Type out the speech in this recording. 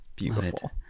Beautiful